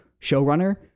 showrunner